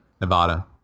Nevada